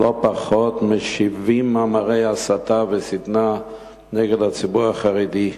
לא פחות מ-70 מאמרי הסתה ושטנה נגד הציבור החרדי,